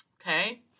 Okay